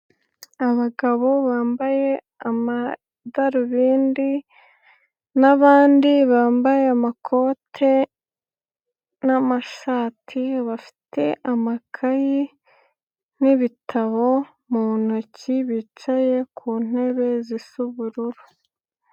Abagabo bambaye amadarubindi n'abandi bambaye amakote n'amashati bafite amakayi n'ibitabo mu ntoki, bicaye ku ntebe zisa ubururu.